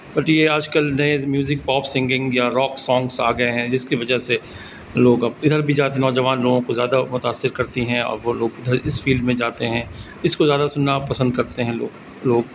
but یہ آج کل نئے ز میوزک پاپ سنگنگ یا راک سانگس آ گئے ہیں جس کی وجہ سے لوگ اب ادھر بھی جاتے نوجوان لوگوں کو زیادہ متاثر کرتی ہیں اور وہ لوگ ادھر اس فیلڈ میں جاتے ہیں اس کو زیادہ سننا پسند کرتے ہیں لو لوگ